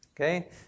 Okay